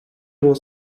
его